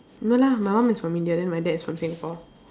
no lah my mum is from India then my dad is from Singapore